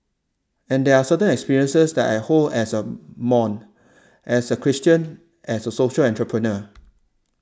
and there are certain experiences that I hold as a mom as a Christian as a social entrepreneur